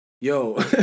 Yo